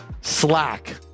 slack